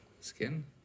skin